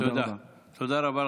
תודה רבה.